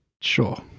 Sure